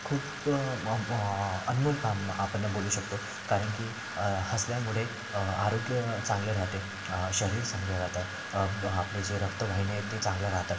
खूप मह् म् अनमोल काम आपण बोलू शकतो कारण की हसल्यामुळे आरोग्य चांगलं राहते शरीर चांगलं राहतं आपले जे रक्तवाहिन्या आहेत ते चांगल्या राहतात